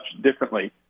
differently